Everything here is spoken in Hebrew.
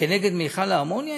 נגד מכל האמוניה.